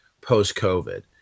post-COVID